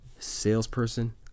salesperson